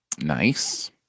nice